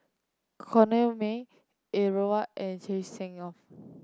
Corrinne May Er Alsagoff